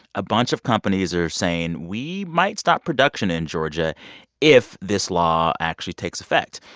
a bunch of companies are saying, we might stop production in georgia if this law actually takes effect.